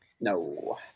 No